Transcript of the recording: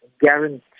guarantee